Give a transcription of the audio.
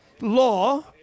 law